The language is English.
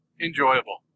enjoyable